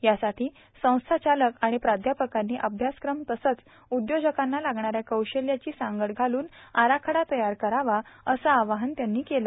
यासाठी संस्था चालक आणि प्राध्यापकांनी अभ्यासक्रम तसंच उद्योजकांना लागणाऱ्या कौशल्याची सांगड घालून आराखडा तयार करावा असं आवाहन त्यांनी केलं